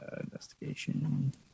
Investigation